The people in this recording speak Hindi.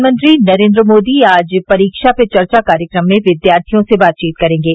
धानमंत्री नरेन्द्र मोदी आज परीक्षा पे चर्चा कार्यक्रम में विद्यार्थियों से बातचीत करेंगे